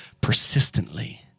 persistently